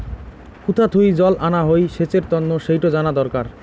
কুথা থুই জল আনা হই সেচের তন্ন সেইটো জানা দরকার